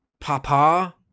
Papa